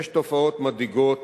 יש תופעות מדאיגות